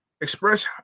express